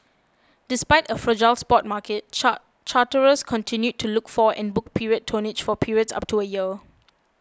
despite a fragile spot market char charterers continued to look for and book period tonnage for periods up to a year